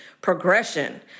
progression